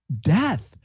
death